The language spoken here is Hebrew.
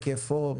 היקפו,